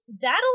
That'll